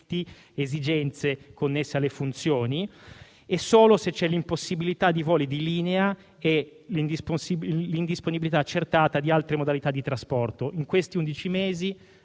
esigenze connesse alle funzioni e solo se c'è l'impossibilità di voli di linea e l'indisponibilità accertata di altre modalità di trasporto. Negli undici